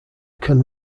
can